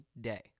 day